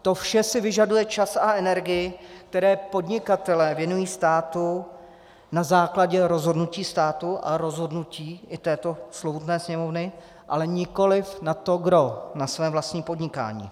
To vše si vyžaduje čas a energii, které podnikatelé věnují státu na základě rozhodnutí státu a rozhodnutí i této slovutné Sněmovny, ale nikoliv na to gros, na své vlastní podnikání.